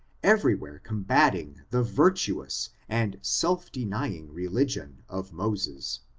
every where combating the virtuous and self-denying religion of moses.